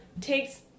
takes